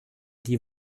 die